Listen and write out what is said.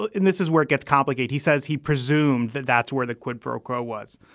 but and this is where it gets complicated. he says he presumed that that's where the quid pro quo was.